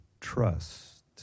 trust